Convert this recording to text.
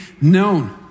known